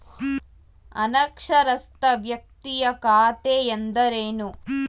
ಅನಕ್ಷರಸ್ಥ ವ್ಯಕ್ತಿಯ ಖಾತೆ ಎಂದರೇನು?